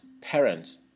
parents